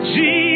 Jesus